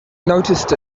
noticed